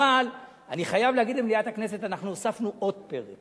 אבל אני חייב להגיד למליאת הכנסת: אנחנו הוספנו עוד פרק